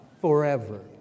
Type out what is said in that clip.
forever